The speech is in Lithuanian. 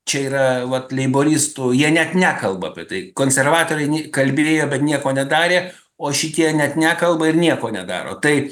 čia yra vat leiboristų jie net nekalba apie tai konservatoriai nei kalbėjo bet nieko nedarė o šitie net nekalba ir nieko nedaro tai